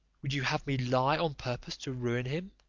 would you have me lie on purpose to ruin him?